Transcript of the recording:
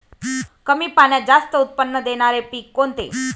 कमी पाण्यात जास्त उत्त्पन्न देणारे पीक कोणते?